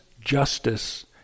justice